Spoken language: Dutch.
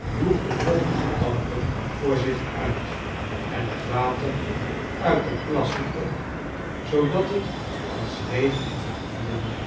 joeg de vochtige dampen voor zich uit en het water uit de plassen op zoodat het als regen in de rivier